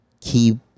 Keep